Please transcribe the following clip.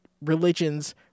Religions